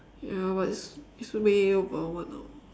ya but it's it's way over one hour